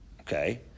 okay